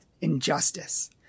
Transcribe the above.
injustice